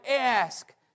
ask